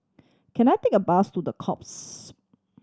can I take a bus to The